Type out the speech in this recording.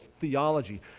theology